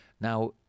Now